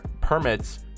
permits